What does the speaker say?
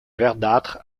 verdâtre